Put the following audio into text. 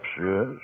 yes